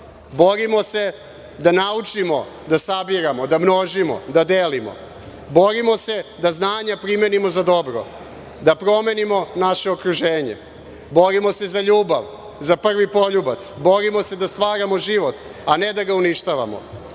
Borimo se da naučimo da sabiramo, da množimo, da delimo. Borimo se da znanja primenimo za dobro, da promenimo naše okruženje. Borimo se za ljubav, za prvi poljubac. Borimo se da stvaramo život, a ne da ga uništavamo.